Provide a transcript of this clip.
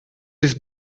this